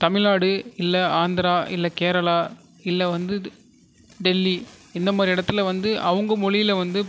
தமிழ்நாடு இல்லை ஆந்திரா இல்லை கேரளா இல்லை வந்து டெல்லி இந்த மாதிரி இடத்துல வந்து அவங்க மொழியில் வந்து